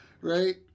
Right